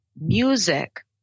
music